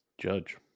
Judge